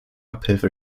abhilfe